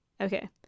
Okay